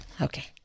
okay